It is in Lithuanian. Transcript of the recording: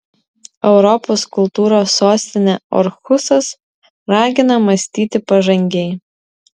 europos kultūros sostinė orhusas ragina mąstyti pažangiai